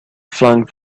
flung